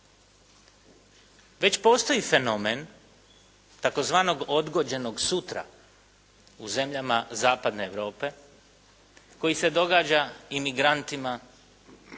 Već postoji fenomen tzv. odgođenog sutra u zemljama zapadne Europe koji se događa imigrantima koji